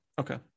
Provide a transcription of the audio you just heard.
Okay